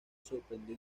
sorprendió